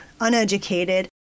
uneducated